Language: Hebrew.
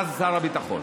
אז שר הביטחון.